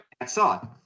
outside